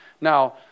Now